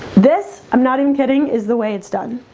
this, i'm not even kidding is the way it's done